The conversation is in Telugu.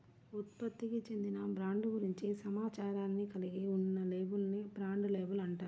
ఉత్పత్తికి చెందిన బ్రాండ్ గురించి సమాచారాన్ని కలిగి ఉన్న లేబుల్ ని బ్రాండ్ లేబుల్ అంటారు